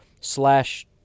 slash